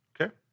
okay